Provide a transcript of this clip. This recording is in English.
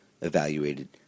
evaluated